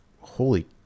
holy